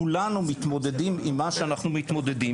כולנו מתמודדים עם מה שאנחנו מתמודדים,